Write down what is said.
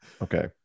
okay